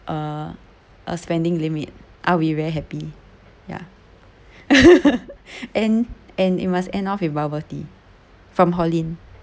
uh a spending limit I'll be very happy ya and and it must end off with bubble tea from hollin